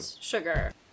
Sugar